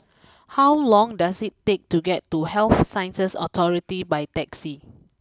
how long does it take to get to Health Sciences Authority by taxi